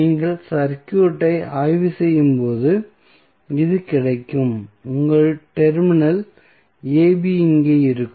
நீங்கள் சர்க்யூட்டை ஆய்வு செய்யும் போது இது கிடைக்கும் உங்கள் டெர்மினல் ab இங்கே இருக்கும்